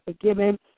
forgiven